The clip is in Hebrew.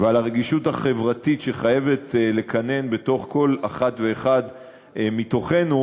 ועל הרגישות החברתית שחייבת לקנן בתוך כל אחת ואחד מתוכנו,